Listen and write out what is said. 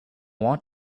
want